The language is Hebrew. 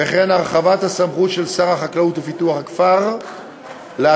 וכן בהרחבת הסמכות של שר החקלאות ופיתוח הכפר להתקין